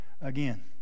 again